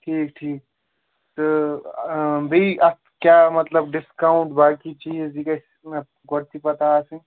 ٹھیٖک ٹھیٖک تہٕ بیٚیہِ اَتھ کیٛاہ مطلب ڈِسکاونٛٹ باقٕے چیٖز یہِ گژھِ اَتھ گۄڈٮ۪تھٕے پَتہ آسٕنۍ